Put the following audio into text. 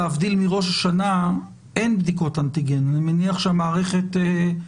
דבר שיש פה פוטנציאל לצמצם את העומסים ולהגדיל את הפוטנציאל של המערכת.